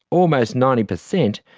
almost ninety percent,